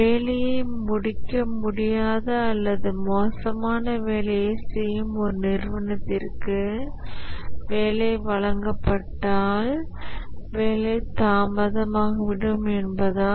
வேலையை முடிக்க முடியாத அல்லது மோசமான வேலையைச் செய்யும் ஒரு நிறுவனத்திற்கு வேலை வழங்கப்பட்டால் வேலை தாமதமாகிவிடும் என்பதால்